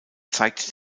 zeigt